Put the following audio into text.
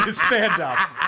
stand-up